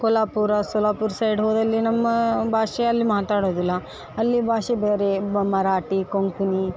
Kolhapur Solapur side ಹೋದಲ್ಲಿ ನಮ್ಮ ಭಾಷೆ ಅಲ್ಲಿ ಮಾತಾಡೋದಿಲ್ಲ ಅಲ್ಲಿ ಭಾಷೆ ಬರೇ ಬಮ್ ಮರಾಠಿ ಕೊಂಕ್ಣಿ